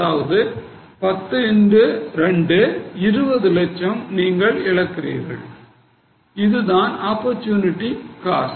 அதாவது 10 into 2 20 லட்சம் நீங்கள் இழக்கிறீர்கள் இதுதான் opportunity costs